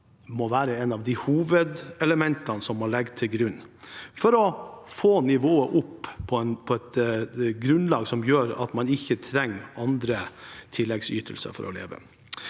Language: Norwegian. må være et av hovedelementene som man leg ger til grunn for å få nivået opp på et grunnlag som gjør at man ikke trenger andre tilleggsytelser for å leve.